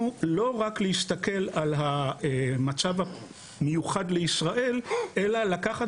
לא רק להסתכל על המצב המיוחד לישראל אלא לקחת